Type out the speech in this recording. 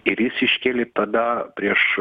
ir jis iškėlė tada prieš